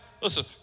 Listen